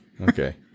Okay